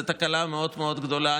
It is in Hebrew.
זו תקלה מאוד מאוד גדולה.